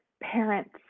parents